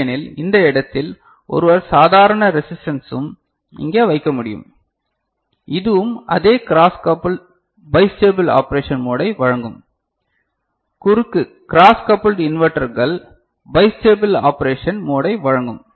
இல்லையெனில் இந்த இடத்தில் ஒருவர் சாதாரண ரெஸிஸ்டன்ஸும் இங்கே வைக்க முடியும் இதுவும் அதே க்ராஸ் கபுல்டு பைஸ்டேபில் ஆப்பரேஷன் மோடை வழங்கும் குறுக்கு க்ராஸ் கபுல்டு இன்வெர்ட்டர்கள் பைஸ்டேபில் ஆப்பரேஷன் மோடை வழங்கும்